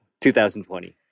2020